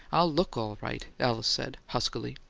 i'll look all right, alice said, huskily.